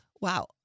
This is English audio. Wow